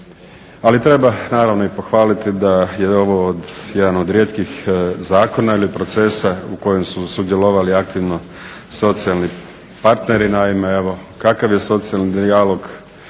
Ali treba naravno i pohvaliti da je ovo jedan od rijetkih zakona ili procesa u kojem su sudjelovali aktivno socijalni partneri. Naime, evo, kakav je socijalni dijalog